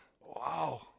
Wow